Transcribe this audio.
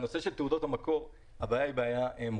העניין של תעודות המקור זו בעיה מוכרת.